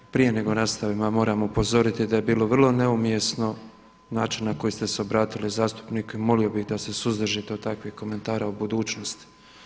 Prije nego nastavimo, ja moram upozoriti da je bilo vrlo neumjesno način na koji ste se obratili zastupniku i molio bih da se suzdržite od takvih komentara u budućnosti.